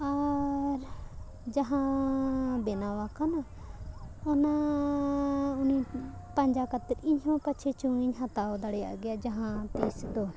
ᱟᱨ ᱡᱟᱦᱟᱸ ᱵᱮᱱᱟᱣ ᱟᱠᱟᱱᱟ ᱚᱱᱟ ᱩᱱᱤ ᱯᱟᱸᱡᱟ ᱠᱟᱛᱮᱜ ᱤᱧᱦᱚᱸ ᱯᱟᱪᱷᱮ ᱪᱚᱝ ᱦᱟᱛᱟᱣ ᱫᱟᱲᱮᱭᱟᱜ ᱜᱮᱭᱟ ᱡᱟᱦᱟᱸ ᱛᱤᱸᱥ ᱫᱚ